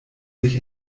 sich